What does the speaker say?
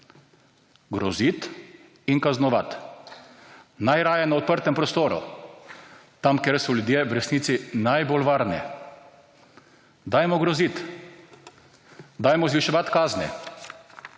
Groziti in kaznovati najraje na odprtem prostoru tam, kjer so ljudje v resnici najbolj varni. Dajmo groziti, dajmo zviševati kazni,